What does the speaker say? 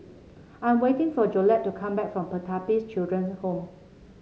I'm waiting for Jolette to come back from Pertapis Children's Home